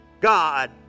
God